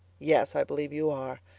yes, i believe you are.